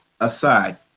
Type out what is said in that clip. aside